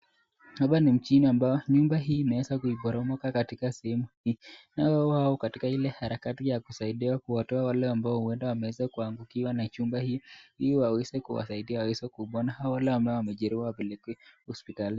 Hapa ni mjini ambao, nyumba hii imeweza kuiporomoka katika sehemu hii, nayo hao katika ile harakati ya kusaidia kuwatoa wale ambao huenda wameweza kuangukiwa na chumba hii, ili wawese kuwasaidia wawese kubona, hao wale ambao wamejeruiwa wapelekwe, hospitali.